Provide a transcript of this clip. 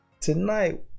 tonight